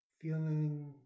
feeling